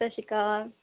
ਸਤਿ ਸ਼੍ਰੀ ਅਕਾਲ